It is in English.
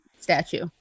statue